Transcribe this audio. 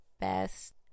best